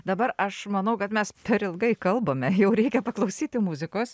dabar aš manau kad mes per ilgai kalbame jau reikia paklausyti muzikos